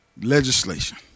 Legislation